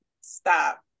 Stop